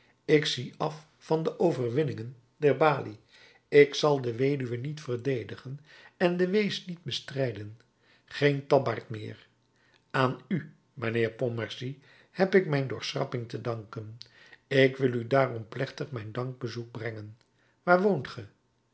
ik zie af van de overwinningen der balie ik zal de weduwe niet verdedigen en den wees niet bestrijden geen tabbaard meer aan u mijnheer pontmercy heb ik mijn doorschrapping te danken ik wil u daarom plechtig mijn dankbezoek brengen waar woont ge